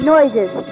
noises